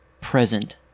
present